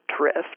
drift